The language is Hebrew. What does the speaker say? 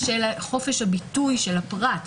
של חופש הביטוי של הפרט,